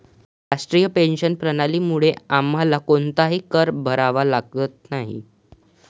राष्ट्रीय पेन्शन प्रणालीमुळे आम्हाला कोणताही कर भरावा लागत नाही